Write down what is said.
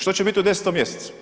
Što će biti u 10. mjesecu?